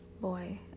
boy